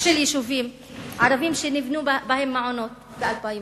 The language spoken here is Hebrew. יישובים ערביים שנבנו בהם מעונות ב-2008.